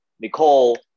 Nicole